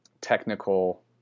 technical